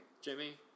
Jimmy